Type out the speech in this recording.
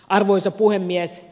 arvoisa puhemies